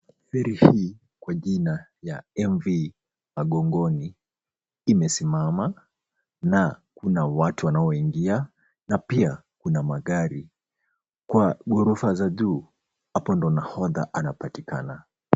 Feri hii kwa jina ya MV-Magongoni imesimama na kuna watu wanaoinga na pia kuna magari. Kwa ghorofa za juu, hapo ndo nahodha anapatikana.